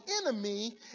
enemy